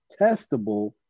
testable